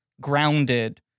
grounded